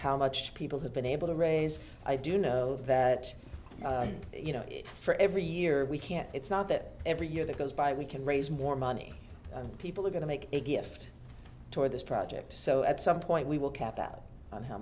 how much people have been able to raise i do know that you know for every year we can't it's not that every year that goes by we can raise more money people are going to make a gift toward this project so at some point we will cap out how